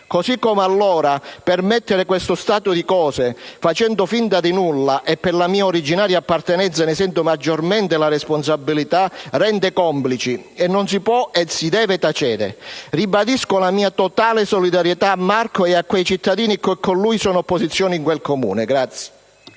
Così come allora, permettere questo stato di cose facendo finta di nulla - e per la mia originaria appartenenza ne sento maggiormente la responsabilità - rende complici e non si può né si deve tacere. Ribadisco la mia totale solidarietà a Marco e a quei cittadini che con lui sono opposizione in quel Comune.